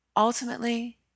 Ultimately